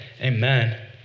Amen